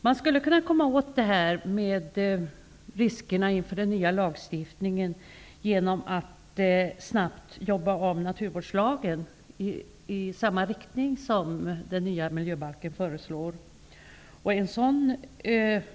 Man skulle kunna komma åt riskerna inför den nya lagstiftningen genom att snabbt jobba om naturvårdslagen i samma riktning som förslaget till den nya miljöbalken.